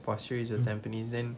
pasir ris or tampines then